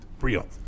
real